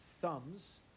thumbs